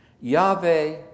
Yahweh